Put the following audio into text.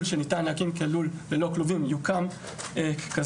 שניתן להקים כלול ללא כלובים יוקם ככזה.